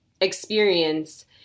experience